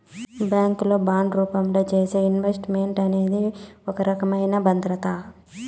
bank లో bond రూపంలో చేసే ఇన్వెస్ట్ మెంట్ అనేది ఒక రకమైన భద్రత